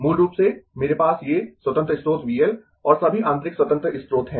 मूल रूप से मेरे पास ये स्वतंत्र स्रोत V L और सभी आंतरिक स्वतंत्र स्रोत हैं